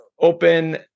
open